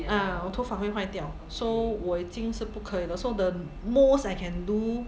ah 我头发会坏掉 so 我已经是不可以了 so the most I can do